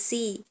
See